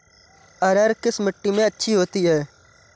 अरहर किस मिट्टी में अच्छी होती है?